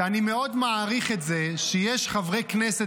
האמת שאני מאוד מעריך את זה שיש חברי כנסת